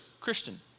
Christian